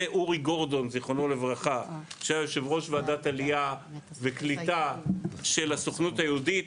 ואורי גורדון ז"ל שהיה יושב ראש ועדת עלייה וקליטה של הסוכנות היהודית,